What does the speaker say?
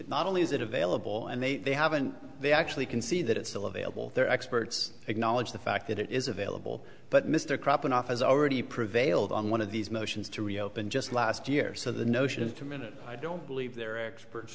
not only is it available and they haven't they actually can see that it's still available their experts acknowledge the fact that it is available but mr cropping off has already prevailed on one of these motions to reopen just last year so the notion of the minute i don't believe their experts